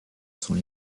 sont